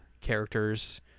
characters